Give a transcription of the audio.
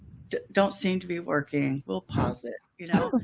don't seem to be working. we'll pause it. you know,